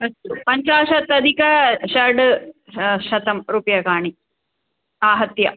अस्तु पञ्चाशत् अधिक षड् श् शतं रूप्यकाणि आहत्य